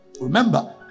Remember